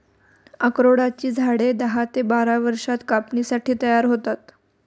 अक्रोडाची झाडे दहा ते बारा वर्षांत कापणीसाठी तयार होतात